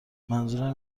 منظورم